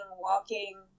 walking